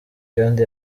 kandi